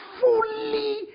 fully